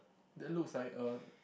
that looks like a